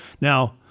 Now